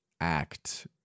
act